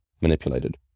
manipulated